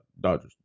Dodgers